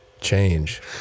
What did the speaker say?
change